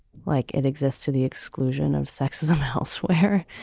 like it exists to the exclusion of sexism elsewhere.